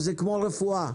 כמו ברפואה.